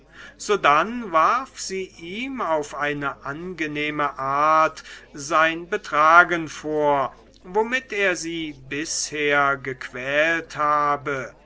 sodann warf sie ihm auf eine angenehme art sein betragen vor womit er sie bisher gequält habe